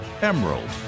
emerald